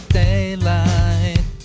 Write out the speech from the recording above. daylight